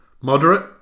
Moderate